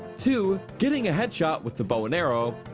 two, getting a headshot with the bow and arrow,